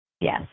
Yes